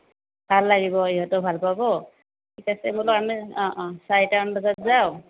ভাল লাগিব সিহঁতেও ভাল পাব ঠিক আছে বলক আমি অঁ অঁ চাৰিটামান বজাত যাওঁ